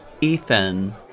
Ethan